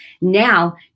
now